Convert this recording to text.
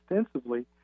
extensively